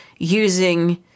using